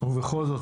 ובכל זאת,